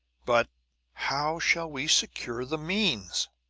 but how shall we secure the means?